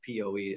PoE